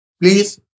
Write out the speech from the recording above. please